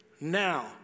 now